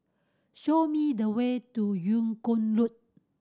show me the way to Yung Kuang Road